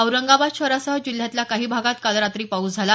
औरंगाबाद शहरासह जिल्ह्यातल्या काही भागात काल रात्री पाऊस झाला